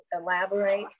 elaborate